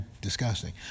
disgusting